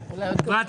חברת